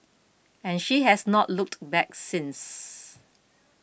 and she has not looked back since